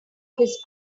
his